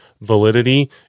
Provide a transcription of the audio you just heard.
Validity